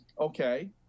Okay